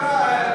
תמריצים למורים,